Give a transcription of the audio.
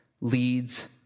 leads